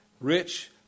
rich